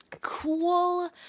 cool –